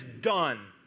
done